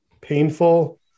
painful